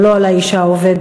אבל לא על האישה העובדת,